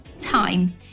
Time